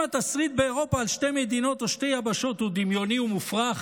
אם התסריט באירופה על שתי מדינות ושתי יבשות הוא דמיוני ומופרך,